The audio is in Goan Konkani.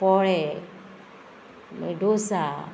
पोळे मागी डोसा